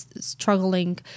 struggling